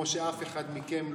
כמו שאף אחד מכם לא,